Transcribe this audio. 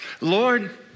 Lord